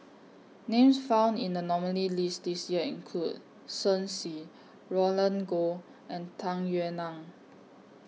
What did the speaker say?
Names found in The nominees' list This Year include Shen Xi Roland Goh and Tung Yue Nang